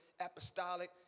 apostolic